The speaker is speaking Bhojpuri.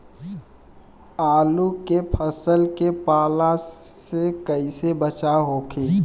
आलू के फसल के पाला से कइसे बचाव होखि?